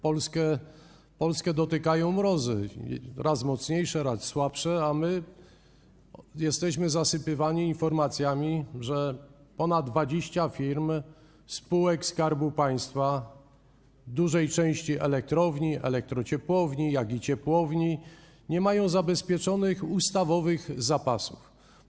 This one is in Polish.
Polskę dotykają mrozy, raz mocniejsze, raz słabsze, a my jesteśmy zasypywani informacjami, że ponad 20 firm, spółek Skarbu Państwa, w dużej części elektrowni, elektrociepłowni, ciepłowni, nie ma zabezpieczonych ustawowych zapasów.